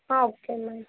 ah okay ma'am